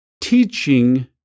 teaching